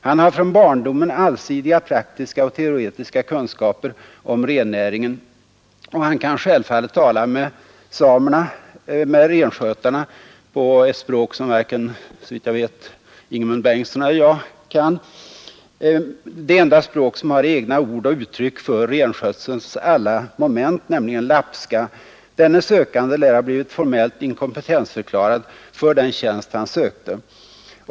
Han har från barndomen allsidiga praktiska och teoretiska kunskaper om rennäringen, och han kan självfallet tala med samerna och renskötarna på ett språk som, såvitt jag vet, varken Ingemund Bengtsson eller jag kan, det enda språk som har egna ord och uttryck för renskötselns alla moment, nämligen lapska. Denne sökande lär ha blivit formellt inkompetentförklarad för den tjänst han sökte.